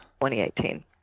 2018